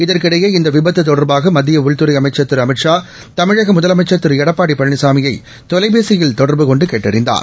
இதற்கிடையே இந்தவிபத்துதொடா்பாகமத்தியஉள்துறைஅமைச்சா் திருஅமித்ஷா தமிழகமுதலமைச்சா் திருஎடப்பாடிபழனிசாமியைதொலைபேசியில் தொடர்பு கொண்டுகேட்டறிந்தார்